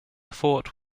fort